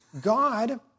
God